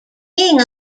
being